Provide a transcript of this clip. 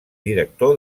director